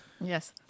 Yes